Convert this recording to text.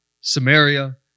Samaria